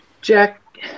jack